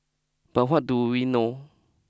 but what do we know